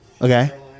Okay